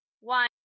one